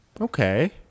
Okay